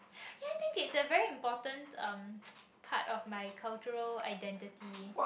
ya I think it's a very important um part of my cultural identity